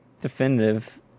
definitive